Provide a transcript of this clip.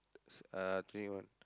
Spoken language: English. uh twenty one